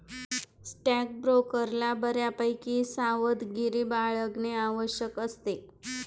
स्टॉकब्रोकरला बऱ्यापैकी सावधगिरी बाळगणे आवश्यक असते